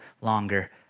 longer